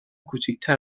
کوچیکتر